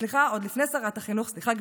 סליחה,